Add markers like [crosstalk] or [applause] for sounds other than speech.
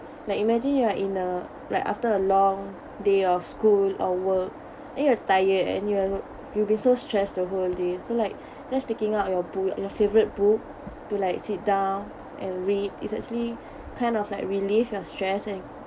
like imagine you are in uh like after a long day of school or work you're tired and you al~ will be so stressed a whole [noise] days so like let's taking out your boo~ your favourite book to like sit down and read it's actually kind of like relieve your stress and